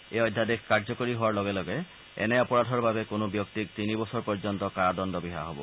এই অধ্যাদেশ কাৰ্যকৰী হোৱাৰ লগে লগে এনে অপৰাধৰ বাবে কোনো ব্যক্তিক তিনি বছৰ পৰ্যন্ত কাৰাদণ্ড বিহা হব